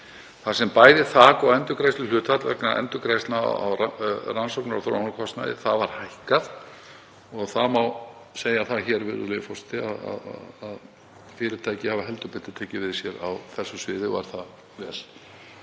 þar sem bæði þak og endurgreiðsluhlutfall vegna endurgreiðslna á rannsóknar- og þróunarkostnaði var hækkað. Það má segja það hér, virðulegi forseti, að fyrirtæki hafa heldur betur tekið við sér á þessu sviði og er það vel.